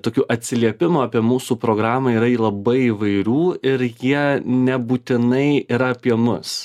tokių atsiliepimų apie mūsų programą yra labai įvairių ir jie nebūtinai yra apie mus